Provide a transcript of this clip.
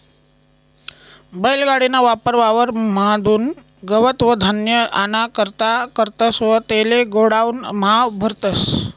बैल गाडी ना वापर वावर म्हादुन गवत व धान्य आना करता करतस व तेले गोडाऊन म्हा भरतस